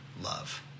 love